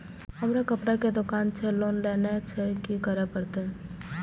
हमर कपड़ा के दुकान छे लोन लेनाय छै की करे परतै?